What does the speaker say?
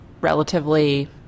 relatively